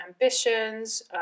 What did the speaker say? ambitions